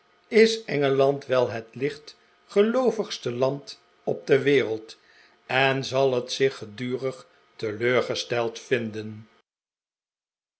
is engeland wel het lichtgeloovigste land op de wereld en zal het zich gedurig teleurgesteld vinden